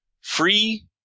free